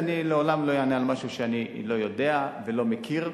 אני לעולם לא אענה על משהו שאני לא יודע ולא מכיר.